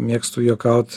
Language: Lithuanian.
mėgstu juokaut